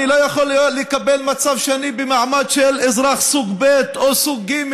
אני לא יכול לקבל מצב שאני במעמד של אזרח סוג ב' או סוג ג'.